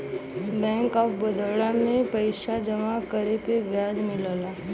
bank of Baroda में पइसा जमा करे पे ब्याज मिलला